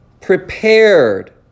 prepared